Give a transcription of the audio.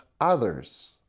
others